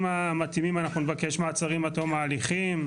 המתאימים אנחנו נבקש מעצרים עד תום ההליכים,